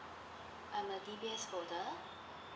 I'm the D_B_S holder